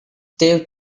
step